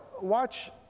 watch